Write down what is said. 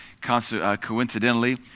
coincidentally